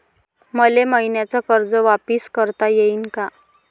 मले मईन्याचं कर्ज वापिस करता येईन का?